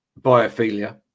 biophilia